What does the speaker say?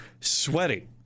sweaty